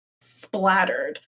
splattered